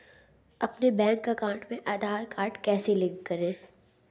अपने bank account में Aadhaar card कैसे लिंक करें?